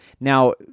Now